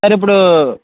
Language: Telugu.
సార్ ఇప్పుడు